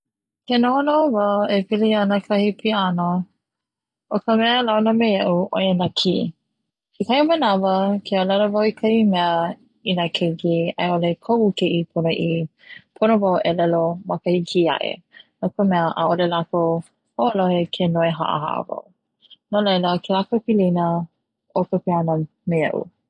Ke noʻonoʻo wau e pili ana ka piana, o ka mea e launa me iaʻu ʻoia no kī, kekahi manawa ke ʻōlelo wau i kahi mea i na keiki aiʻole koʻu keiki ponoʻi wau e ʻōlelo ma kahi kī aʻe, no ka mea ʻaʻole lākou hoʻolohe ke noi haʻahaʻawau, no laila kela ka pilina o ka piano me iaʻu